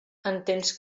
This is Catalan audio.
entens